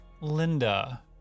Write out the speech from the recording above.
Linda